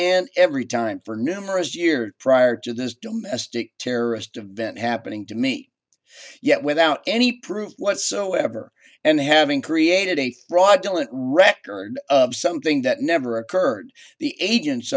and every time for numerous years prior to this don't mistake terrorist event happening to me yet without any proof whatsoever and having created a fraudulent record of something that never occurred the agents